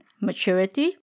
Maturity